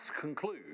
conclude